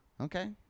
Okay